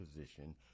position